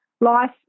Life